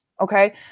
okay